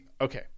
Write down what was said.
okay